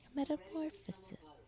metamorphosis